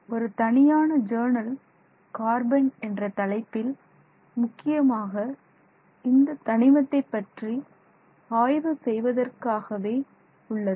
ஒரு தனியான journal carbon என்ற தலைப்பில் முக்கியமாக இந்த தனிமத்தை பற்றி ஆய்வு செய்வதற்காகவே உள்ளது